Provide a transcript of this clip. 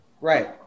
Right